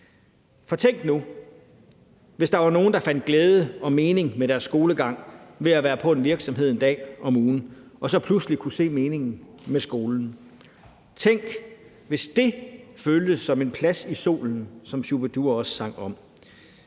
For tænk nu, hvis der var nogen, der fandt glæde ved og mening med deres skolegang ved at være på en virksomhed en dag om ugen og så pludselig kunne se meningen med skolen. Tænk, hvis dét føltes som en plads i solen, som Shu-bi-dua også sang om.